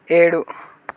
ఏడు